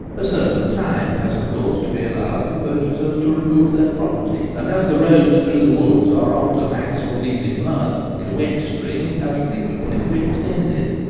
a certain time has, of course, to be allowed for pur chasers to remove their property, and, as the roads through the woods are often axle-deep in mud, in a wet spring it has frequently to be extended.